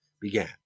began